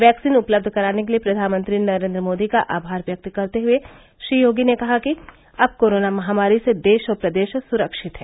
vaccine उपलब्ध कराने के लिये प्रघानमंत्री नरेन्द्र मोदी का आभार व्यक्त करते हये श्री योगी ने कहा कि अब कोरोना महामारी से देश और प्रदेश सुरक्षित है